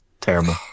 Terrible